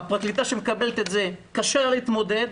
הפרקליטה שמקבלת את זה, קשה לה להתמודד